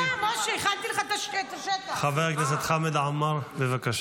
למה לריב עם שוטרים בתל